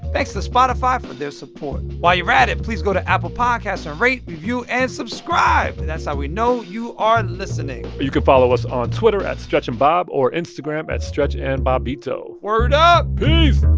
thanks to spotify for this support. while you're at it, please go to apple podcasts and rate, review and subscribe. that's how we know you are listening you can follow us on twitter, at stretchandbob, or instagram, at stretchandbobbito word up peace